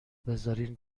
بذارین